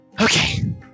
Okay